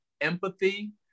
empathy